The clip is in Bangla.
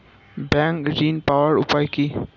ব্যাংক ঋণ পাওয়ার উপায় কি?